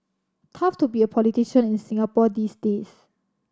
tough to be a politician in Singapore these days